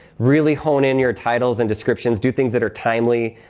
really hone in your titles and descriptions. do things that are timely.